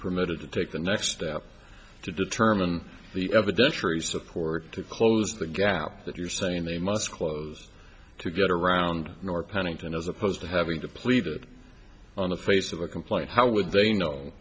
permitted to take the next step to determine the evidentiary support to close the gap that you're saying they must close to get around nor pennington as opposed to having depleted on the face of a complaint how would they know